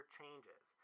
changes